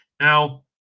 Now